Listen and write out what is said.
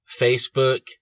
Facebook